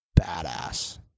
badass